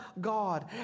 God